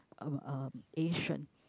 uh uh Asian